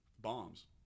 Bombs